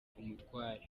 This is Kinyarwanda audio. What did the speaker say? umutware